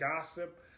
gossip